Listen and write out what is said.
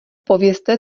povězte